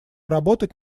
работать